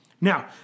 Now